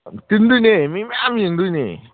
ꯇꯤꯟꯗꯣꯏꯅꯦ ꯃꯤ ꯃꯌꯥꯝ ꯌꯦꯡꯗꯣꯏꯅꯦ